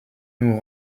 nous